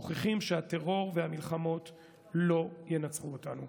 מוכיחים שהטרור והמלחמות לא ינצחו אותנו.